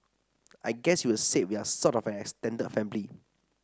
I guess you would say we are sort of an extended family